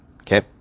Okay